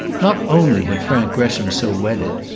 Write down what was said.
not only had frank gresham so wedded,